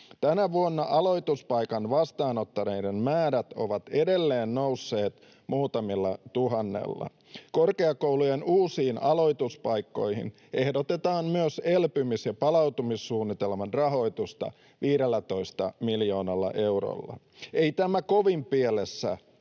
Tänä vuonna aloituspaikan vastaanottaneiden määrät ovat edelleen nousseet muutamalla tuhannella. Korkeakoulujen uusiin aloituspaikkoihin ehdotetaan myös elpymis- ja palautumissuunnitelman rahoitusta 15 miljoonalla eurolla. Ei tämä kovin pielessä